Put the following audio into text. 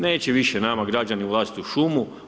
Neće više nama građani ulaziti u šumu.